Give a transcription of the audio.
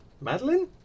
Madeline